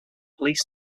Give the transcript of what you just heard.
police